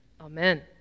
Amen